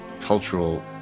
cultural